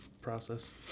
process